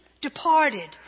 departed